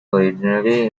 originally